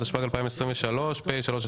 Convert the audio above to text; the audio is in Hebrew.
התשפ"ג 2023 (פ/3168/25),